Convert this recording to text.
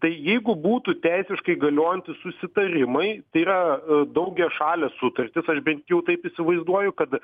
tai jeigu būtų teisiškai galiojantys susitarimai tai yra daugiašalės sutartys aš bent jau taip įsivaizduoju kad